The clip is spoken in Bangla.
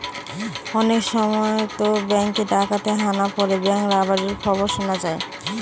অনেক সময়তো ব্যাঙ্কে ডাকাতের হানা পড়ে ব্যাঙ্ক রবারির খবর শোনা যায়